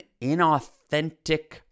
inauthentic